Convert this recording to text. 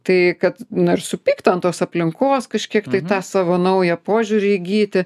tai kad na ir supykt ant tos aplinkos kažkiek tai tą savo naują požiūrį įgyti